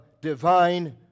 divine